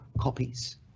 copies